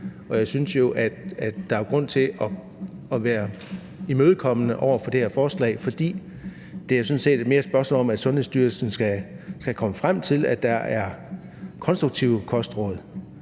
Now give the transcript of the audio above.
jeg synes jo, at der er grund til at være imødekommende over for det her forslag, fordi det sådan set mest er et spørgsmål om, at Sundhedsstyrelsen skal komme frem til, at der er konstruktive kostråd.